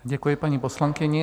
Děkuji paní poslankyni.